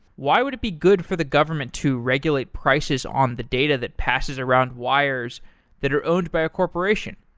why would it be good for the government to regulate prices on the data that passes around wires that are owned by a corporation?